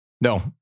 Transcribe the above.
no